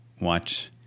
watch